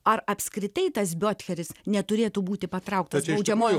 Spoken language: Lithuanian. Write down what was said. ar apskritai tas biotcheris neturėtų būti patrauktas baudžiamojon